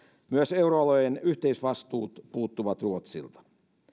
myös euroalueen yhteisvastuut puuttuvat ruotsilta